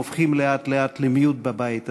הופכים לאט-לאט למיעוט בבית הזה.